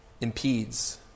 impedes